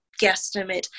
guesstimate